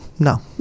No